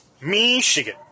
Michigan